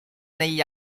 negli